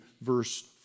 verse